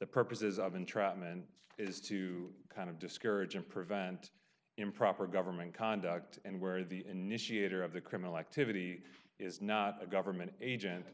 the purposes of entrapment is to kind of discourage and prevent improper government conduct and where the initiator of the criminal activity is not a government agent